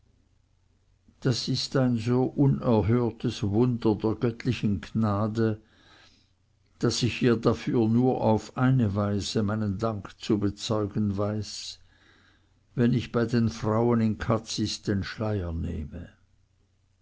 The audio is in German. das ist ein so unerhörtes wunder der göttlichen gnade daß ich ihr dafür nur auf eine weise meinen dank zu bezeugen weiß wenn ich bei den frauen in cazis den schleier nehme